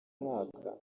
mwaka